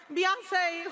Beyonce